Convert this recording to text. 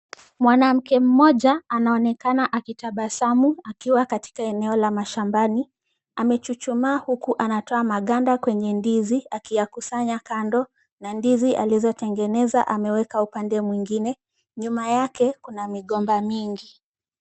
Mwanamke mmoja anaonekana akitabasamu akiwa katika eneo la mashambani. Amechuchuma huku anatoa maganda kwenye ndizi akiyakusanya kando na ndizi alizotengeneza ameweka upande mwengine. Nyuma yake kuna migomba mingi.